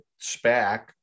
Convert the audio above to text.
SPAC